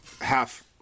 Half